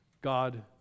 God